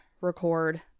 record